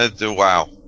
Wow